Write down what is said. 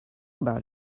about